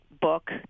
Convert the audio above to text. book